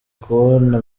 kubona